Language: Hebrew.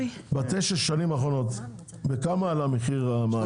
בתשע השנים האחרונות בכמה עלה מחיר המים?